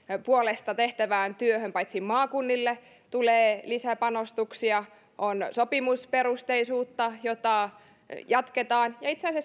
puolesta tehtävään työhön maakunnille tulee lisäpanostuksia ja on sopimusperusteisuutta jota jatketaan itse asiassa